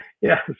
Yes